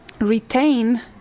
retain